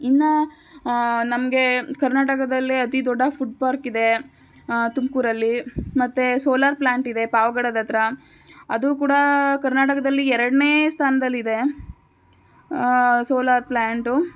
ಇನ್ನು ನಮಗೆ ಕರ್ನಾಟಕದಲ್ಲೇ ಅತಿ ದೊಡ್ಡ ಫುಡ್ ಪಾರ್ಕಿದೆ ತುಮಕೂರಲ್ಲಿ ಮತ್ತು ಸೋಲಾರ್ ಪ್ಲ್ಯಾಂಟ್ ಇದೆ ಪಾವ್ಗಡದ ಹತ್ರ ಅದೂ ಕೂಡ ಕರ್ನಾಟಕದಲ್ಲಿ ಎರಡನೇ ಸ್ಥಾನದಲ್ಲಿದೆ ಸೋಲಾರ್ ಪ್ಲ್ಯಾಂಟು